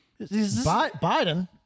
Biden